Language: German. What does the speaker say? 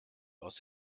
aus